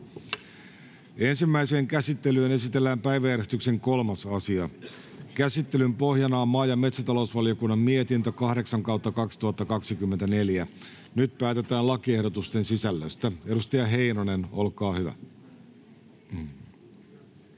Ensimmäiseen käsittelyyn esitellään päiväjärjestyksen 3. asia. Käsittelyn pohjana on maa- ja metsätalousvaliokunnan mietintö MmVM 8/2024 vp. Nyt päätetään lakiehdotusten sisällöstä. — Edustaja Heinonen, olkaa hyvä.